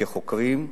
כחוקרים,